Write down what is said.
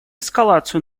эскалации